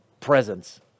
presence